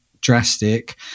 drastic